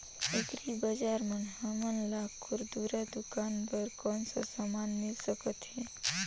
Agri बजार म हमन ला खुरदुरा दुकान बर कौन का समान मिल सकत हे?